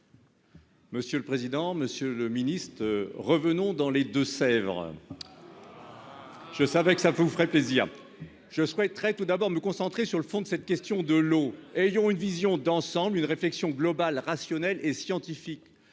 Monsieur le président, Monsieur le ministe revenons dans les Deux-Sèvres. Je savais que ça vous ferait plaisir je souhaiterais tout d'abord me concentrer sur le fond de cette question de l'eau ayant une vision d'ensemble une réflexion globale rationnel et scientifique,